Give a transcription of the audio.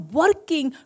working